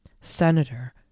senator